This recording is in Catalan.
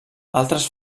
altres